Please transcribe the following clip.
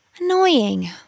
Annoying